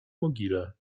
mogile